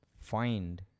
find